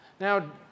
Now